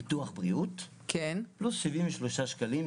ביטוח בריאות 104 שקלים,